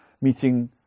meeting